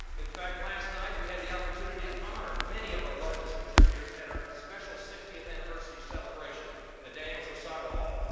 in fact, last night we had the opportunity to ah honor many of our largest contributors at our special sixtieth anniversary celebration in the daniels recital hall,